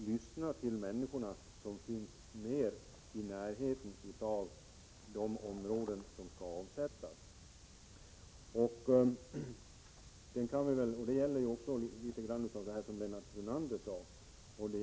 Lyssna på människorna som finns i närheten av de områden som skall avsättas! Detta gäller även det som Lennart Brunander nämnde.